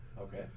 okay